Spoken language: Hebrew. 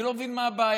אני לא מבין מה הבעיה.